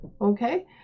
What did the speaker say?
okay